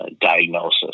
diagnosis